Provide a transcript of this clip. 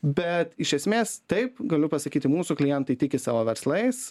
bet iš esmės taip galiu pasakyti mūsų klientai tiki savo verslais